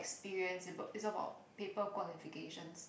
experience is about paper qualifications